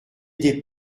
des